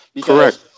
Correct